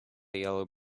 yellow